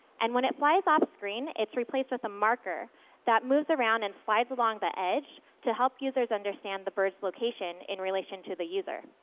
and when it flies off screen, it's replaced with a marker that moves around and slides around the edge to help users understand the bird's location in relation to the user.